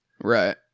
right